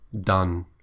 done